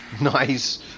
Nice